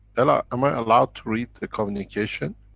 ella, am i allowed to read the communication?